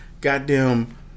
goddamn